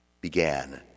began